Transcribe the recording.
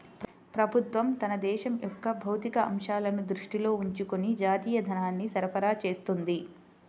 ప్రభుత్వం తన దేశం యొక్క భౌతిక అంశాలను దృష్టిలో ఉంచుకొని జాతీయ ధనాన్ని సరఫరా చేస్తుంది